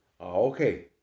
Okay